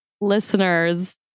listeners